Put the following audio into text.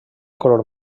color